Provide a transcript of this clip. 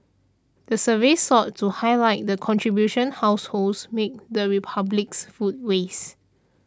the survey sought to highlight the contribution households make to the Republic's food waste